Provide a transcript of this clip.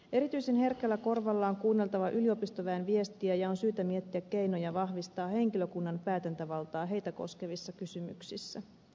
erityisen herkällä korvalla on kuunneltava yliopistoväen viestiä ja on syytä miettiä keinoja vahvistaa henkilökunnan päätäntävaltaa heitä koskevissa kysymyksissä